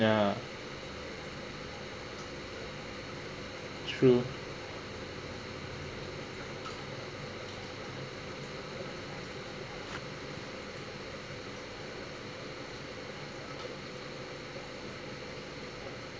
ya true